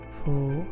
four